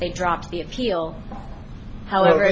they dropped the appeal however